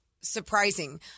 surprising